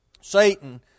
Satan